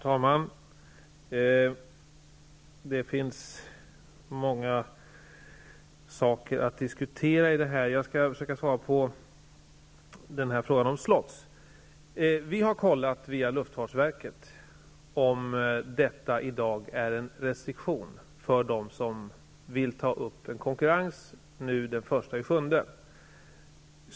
Herr talman! Det finns många punkter att diskutera. Jag skall försöka svara på frågan om slots. Vi har kontrollerat via luftfartsverket om begränsningen av slots i dag utgör en restriktion för dem som vill ta upp en konkurrens från den 1 juli.